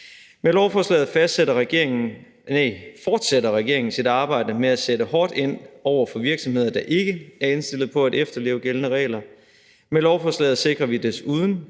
Med lovforslaget fortsætter regeringen sit arbejde med at sætte hårdt ind over for virksomheder, der ikke er indstillet på at efterleve gældende regler, og med lovforslaget sikrer vi desuden